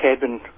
cabin